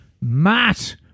Matt